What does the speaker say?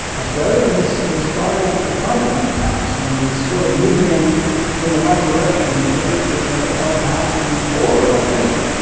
australia has has started a carbon tax and is sort of moving and in the right direction to get their own house in order i think.